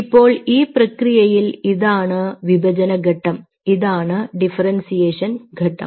ഇപ്പോൾ ഈ പ്രക്രിയയിൽ ഇതാണ് വിഭജന ഘട്ടം ഇതാണ് ഡിഫറെൻസിയേഷൻ ഘട്ടം